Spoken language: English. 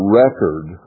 record